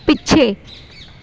ਪਿੱਛੇ